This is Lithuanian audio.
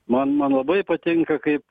man man labai patinka kaip